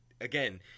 again